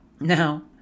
Now